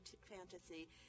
fantasy